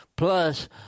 Plus